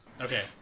okay